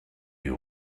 you